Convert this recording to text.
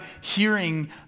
hearing